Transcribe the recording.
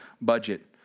budget